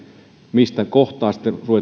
mistä kohtaa sitten